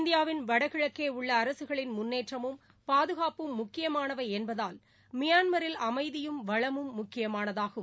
இந்தியாவின் வடகிழக்கேஉள்ளஅரசுகளின் முன்னேற்றமும் பாதுகாப்பும் முக்கியமானவைஎன்பதால் மியான்மரில் அமைதியும் வளமும் முக்கியமானதாகும்